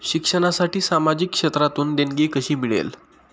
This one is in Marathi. शिक्षणासाठी सामाजिक क्षेत्रातून देणगी कशी मिळेल?